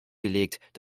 gelegt